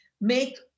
Make